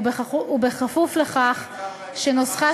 התשע"ה